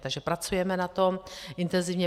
Takže pracujeme na tom intenzivně